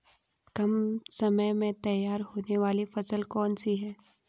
कम समय में तैयार होने वाली फसल कौन सी है?